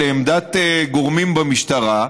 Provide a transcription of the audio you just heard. לעמדת גורמים במשטרה,